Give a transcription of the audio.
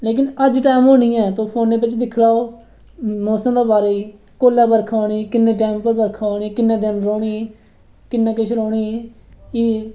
लेकिन अज्ज टैम हो निं ऐ तुस फोने बिच दिक्खी लैओ मौसम दे बारै च कोह्लै बर्खा औनी कुस टैम पर बर्खा औनी किन्ने गै चिर रौह्नी